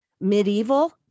medieval